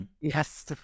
Yes